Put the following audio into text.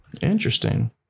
Interesting